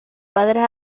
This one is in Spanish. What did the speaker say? padres